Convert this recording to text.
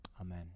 Amen